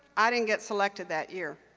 i didn't get selected that year.